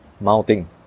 mounting